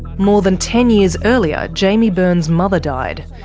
more than ten years earlier, jaimie byrne's mother died.